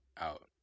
out